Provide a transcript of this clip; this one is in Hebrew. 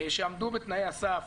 שעמדו בתנאי הסף